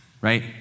Right